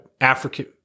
African